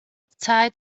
zeit